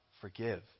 forgive